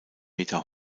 meter